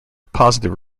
positive